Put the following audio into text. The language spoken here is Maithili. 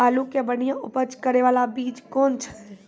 आलू के बढ़िया उपज करे बाला बीज कौन छ?